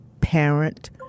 parent